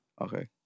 okay